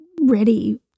ready